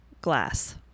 glass